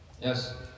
Yes